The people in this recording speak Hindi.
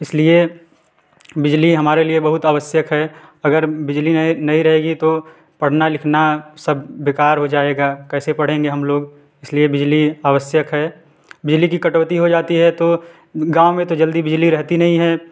इसलिए बिजली हमारे लिए बहुत आवश्यक है अगर बिजली नहीं नहीं रहेगी तो पढ़ना लिखना सब बेकार हो जाएगा कैसे पढ़ेंगे हम लोग इसलिए बिजली आवश्यक है बिजली कि कटौती हो जाती है तो गाँव में तो जल्दी बिजली रहती नहीं है